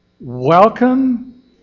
welcome